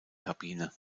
kabine